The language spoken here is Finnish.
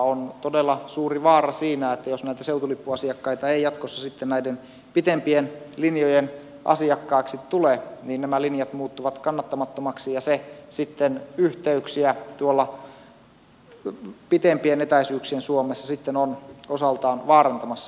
on todella suuri vaara siinä että jos näitä seutulippuasiakkaita ei jatkossa sitten näiden pitempien linjojen asiakkaiksi tule niin nämä linjat muuttuvat kannattamattomiksi ja se sitten yhteyksiä tuolla pitempien etäisyyksien suomessa on osaltaan vaarantamassa